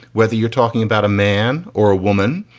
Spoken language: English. whether you're talking about a man or a woman.